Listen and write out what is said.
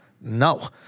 no